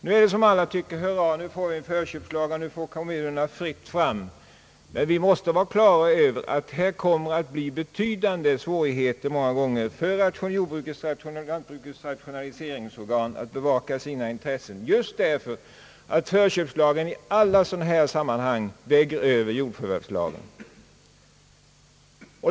Nu får kommunerna fritt fram, men vi måste vara på det klara med att det många gånger kommer att bli synnerligen svårt för lantbrukets rationaliseringsorgan att bevaka sina intressen, eftersom förköpslagen i alla sådana här samman hang väger över jordförvärvslagen.